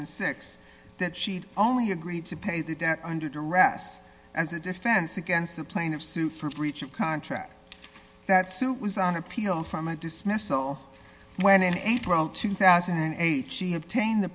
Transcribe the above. and six that she only agreed to pay the debt under duress as a defense against the plaintiff sued for breach of contract that suit was on appeal from a dismissal when in april two thousand and eight she obtained the